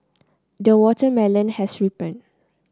the watermelon has ripened